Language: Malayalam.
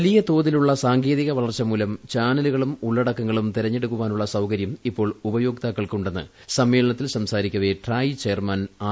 വലിയ തോതിലുള്ള സാങ്കേതിക വളർച്ചമൂലം ചാനലുകളും ഉള്ളടക്കങ്ങളും തെരഞ്ഞെടുക്കാനുള്ള സൌകര്യം ഇപ്പോൾ ഉപയോക്താക്കൾക്ക് ഉണ്ടെന്ന് സമ്മേളനത്തിൽ സംസാരിക്കവെ ട്രായ് ചെയർമാൻ ആർ